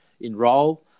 enrol